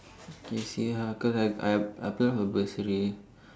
okay see how cause I I apply for bursary